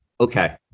Okay